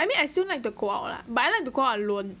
I mean I still like to go out lah but I like to go out alone